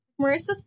Marissa